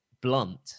blunt